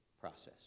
process